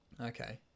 Okay